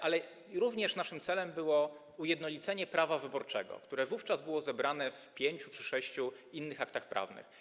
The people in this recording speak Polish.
Ale również naszym celem było ujednolicenie prawa wyborczego, które wówczas było zebrane w pięciu czy sześciu aktach prawnych.